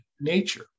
nature